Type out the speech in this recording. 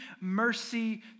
mercy